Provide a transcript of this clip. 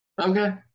Okay